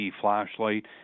flashlight